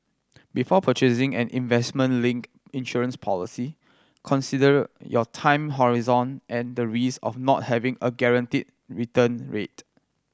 before purchasing an investment linked insurance policy consider your time horizon and the risks of not having a guaranteed return rate